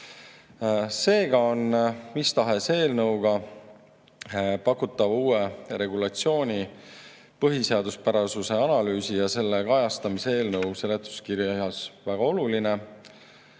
seega on mis tahes eelnõuga pakutava uue regulatsiooni põhiseaduspärasuse analüüs ja selle kajastamine eelnõu seletuskirjas väga oluline.